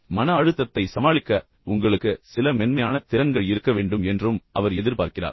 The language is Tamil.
எனவே மன அழுத்தத்தை சமாளிக்க உங்களுக்கு சில மென்மையான திறன்கள் இருக்க வேண்டும் என்றும் அவர் எதிர்பார்க்கிறார்